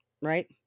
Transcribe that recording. right